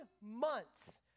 months